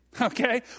okay